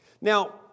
Now